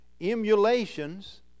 emulations